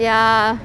ya